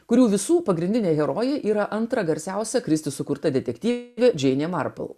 kurių visų pagrindinė herojė yra antra garsiausia kristi sukurta detektyvė džeinė marpl